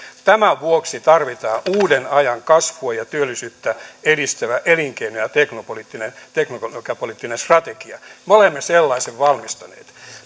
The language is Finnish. tämän vuoksi tarvitaan uuden ajan kasvua ja työllisyyttä edistävä elinkeino ja teknologiapoliittinen strategia me olemme sellaisen valmistaneet